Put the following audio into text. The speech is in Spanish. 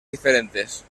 diferentes